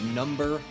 number